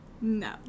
no